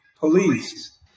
police